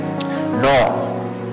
No